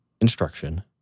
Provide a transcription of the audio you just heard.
instruction